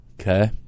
Okay